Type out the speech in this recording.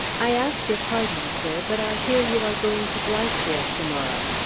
i ask your pardon, sir, but i hear you are going to blithedale tomorrow.